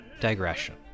digression